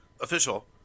Official